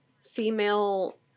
female